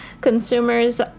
Consumers